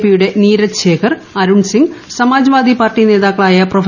പിയുടെ നീരജ് ശേഖർ അരുൺ സിംഗ് സമാജ്വാദി പാർട്ടി നേതാക്കളായ പ്രൊഫ